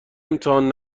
امتحان